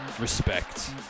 Respect